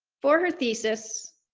for her thesis,